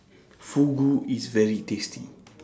Fugu IS very tasty